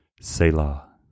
Selah